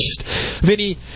Vinny